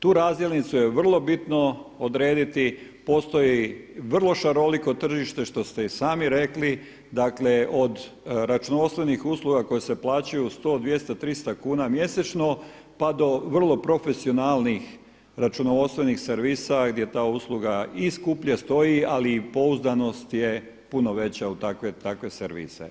Tu razdjelnicu je vrlo bitno odrediti, postoje i vrlo šaroliko tržište što ste i sami rekli, dakle od računovodstvenih usluga koje se plaćaju 100, 200, 300 kuna mjesečno pa do vrlo profesionalnih računovodstvenih servisa gdje ta usluga i skuplje stoji ali i pouzdanost je puno veća u takve servise.